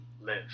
live